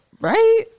right